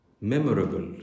memorable